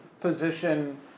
position